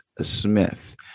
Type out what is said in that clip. Smith